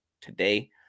today